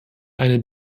eine